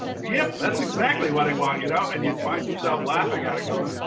yep, that's exactly what i want. you know and you'd find yourself laughing at it, going,